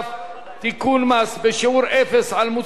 מס בשיעור אפס על מוצרי מזון בסיסיים),